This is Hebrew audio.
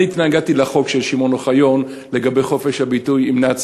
התנגדתי לחוק של שמעון אוחיון לגבי חופש הביטוי בכינוי "נאצי",